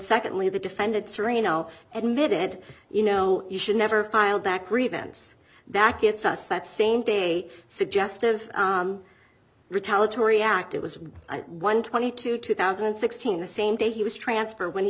secondly the defendant serino admitted you know you should never file that grievance that gets us that same day suggestive retaliatory act it was one twenty two two thousand and sixteen the same day he was transferred when